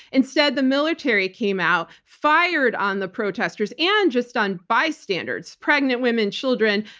instead, the military came out, fired on the protesters, and just on bystanders, pregnant women, children,